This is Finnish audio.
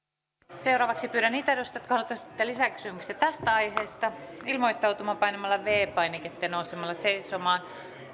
seuraavaksi pyydän niitä edustajia jotka haluavat esittää lisäkysymyksiä tästä aiheesta ilmoittautumaan painamalla viides painiketta ja nousemalla seisomaan